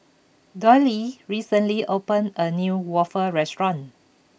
Dollye recently opened a new Waffle restaurant